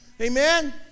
Amen